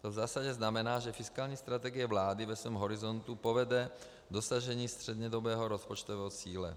To v zásadě znamená, že fiskální strategie vlády ve svém horizontu povede k dosažení střednědobého rozpočtového cíle.